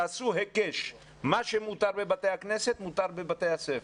תעשו היקש, מה שמותר בבתי הכנסת מותר בבתי הספר.